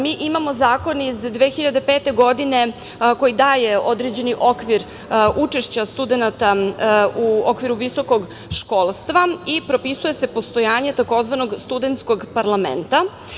Mi imamo zakon iz 2005. godine koji daje određeni okvir učešća studenata u okviru visokog školstva i propisuje se postojanje tzv. studentskog parlamenta.